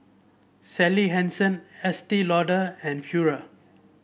Sally Hansen Estee Lauder and Pura